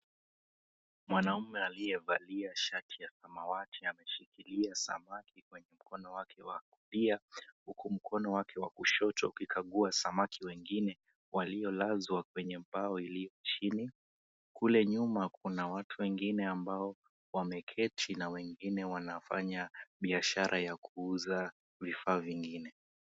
Mwanamume aliyevalia shati ya samawati ameshikilia samaki kwenye mkono wake wa kulia, huku mkono wake wa kushoto ukikagua samaki wengine waliolazwa kwenye bao iliyo chini. Kule nyuma kuna watu wengine ambao wameketi na wengine wanafanya biashara ya kuuza vifaa vingine.